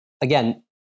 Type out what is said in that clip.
again